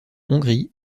hongrie